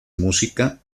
música